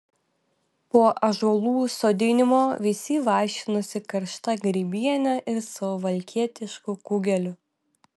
po ąžuolų sodinimo visi vaišinosi karšta grybiene ir suvalkietišku kugeliu